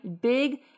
big